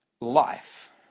life